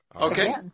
Okay